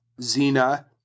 Zena